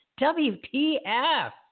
WPF